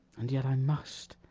and yet i must